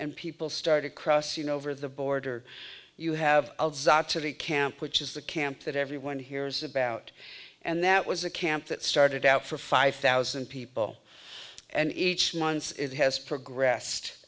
and people started crossing over the border you have to the camp which is the camp that everyone hears about and that was a camp that started out for five thousand people and each months it has progressed